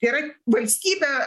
yra valstybė